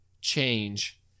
change